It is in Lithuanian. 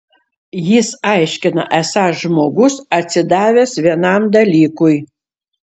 jis aiškina esąs žmogus atsidavęs vienam dalykui